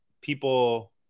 people